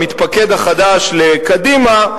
המתפקד החדש לקדימה,